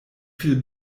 viel